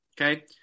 okay